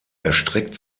erstreckt